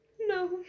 No